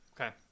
Okay